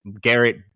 Garrett